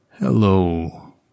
Hello